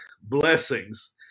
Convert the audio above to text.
blessings